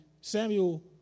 Samuel